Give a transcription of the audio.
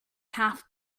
half